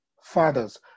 fathers